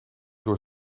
door